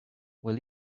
will